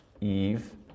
Eve